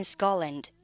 Scotland